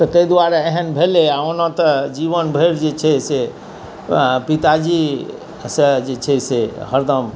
तऽ तै दुआरे एहन भेलै ओना तऽ जीवन भरि जे छै से पिताजी से जे छै से हरदम